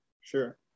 sure